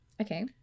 Okay